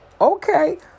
Okay